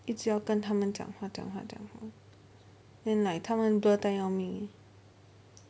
一直要跟他们讲话讲话讲话 then like 他们 blur 到要命